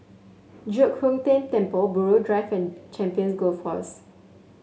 Giok Hong Tian Temple Buroh Drive and Champions Golf Course